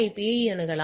பியை அணுகலாம்